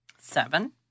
seven